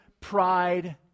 pride